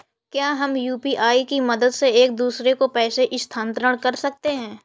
क्या हम यू.पी.आई की मदद से एक दूसरे को पैसे स्थानांतरण कर सकते हैं?